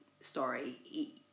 story